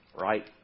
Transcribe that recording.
right